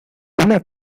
una